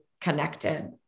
connected